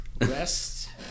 Rest